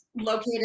located